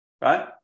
right